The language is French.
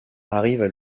arrivent